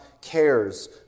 cares